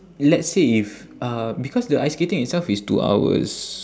let's say if uh because the ice skating itself is two hours